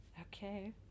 Okay